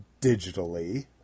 digitally